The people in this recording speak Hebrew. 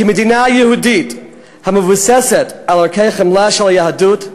כמדינה יהודית המבוססת על ערכי חמלה של היהדות,